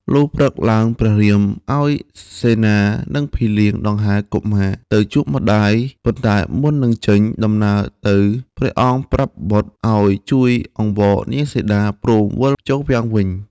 លុះព្រឹកឡើងព្រះរាម ឱ្យសេនានិងភីលៀងដង្ហែកុមារទៅជួបម្តាយប៉ុន្តែមុននឹងចេញ ដំណើរទៅព្រះអង្គប្រាប់បុត្រ ឱ្យជួយអង្វរនាងសីតាព្រមវិលចូលរាំងវិញ។